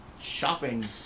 shopping